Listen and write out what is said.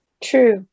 True